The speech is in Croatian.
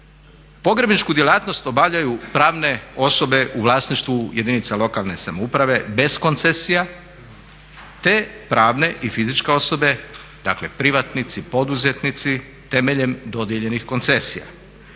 Pogrebničku djelatnost obavljaju pravne osobe u vlasništvu jedinica lokalne samouprave bez koncesija te pravne i fizičke osobe, dakle privatnici, poduzetnici temeljem dodijeljenih koncesija.